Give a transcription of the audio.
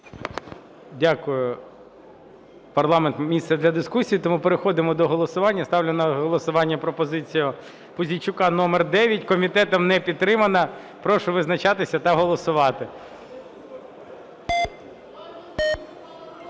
Дякую. Парламент – місце для дискусії, тому переходимо до голосування. Ставлю на голосування пропозицію Пузійчука номер 9. Комітетом не підтримана. Прошу визначатися та голосувати.